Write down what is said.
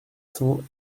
cents